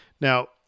now